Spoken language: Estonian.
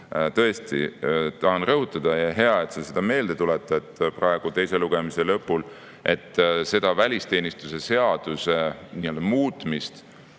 tõesti tahan rõhutada – hea, et sa seda meelde tuletad praegu teise lugemise lõpul –, et seda välisteenistuse seaduse muutmist